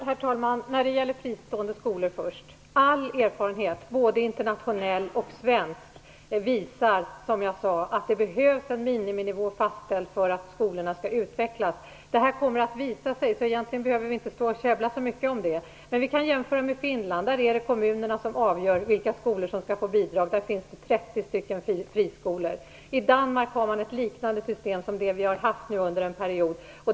Herr talman! All erfarenhet, både internationell och svensk, visar som jag sade att det behövs en fastställd miniminivå för att de fristående skolorna skall utvecklas. Det kommer att visa sig, så egentligen behöver vi inte käbbla så mycket om det. Vi kan jämföra med Finland. Där är det kommunerna som avgör vilka skolor som skall få bidrag. Där finns det 30 friskolor. I Danmark har man ett system som liknar det vi har haft under en period.